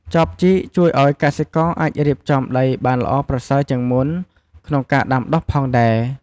ចបជីក ជួយឱ្យកសិករអាចរៀបចំដីបានល្អប្រសើរជាងមុនក្នុងការដាំដុះផងដែរ។